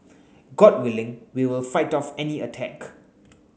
god willing we will fight off any attack